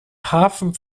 hafen